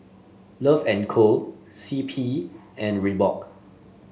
Love and Co C P and Reebok